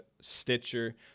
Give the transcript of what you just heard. Stitcher